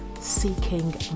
seeking